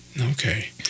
Okay